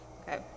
Okay